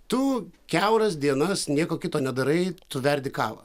tu kiauras dienas nieko kito nedarai tu verdi kavą